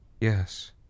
Yes